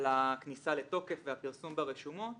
על הכניסה לתוקף והפרסום ברשומות